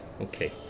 okay